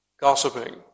gossiping